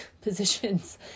positions